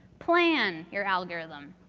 plan your algorithm.